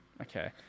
Okay